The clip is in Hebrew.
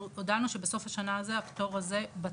אנחנו הודענו שבסוף השנה הזו הפטור הזה בטל.